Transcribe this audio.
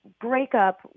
breakup